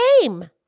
game